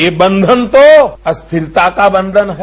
ये बंधन तो अस्थिरता बंधन है